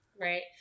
right